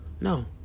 No